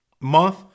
month